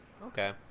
Okay